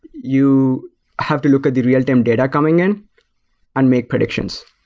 you have to look at the real time data coming in and make predictions.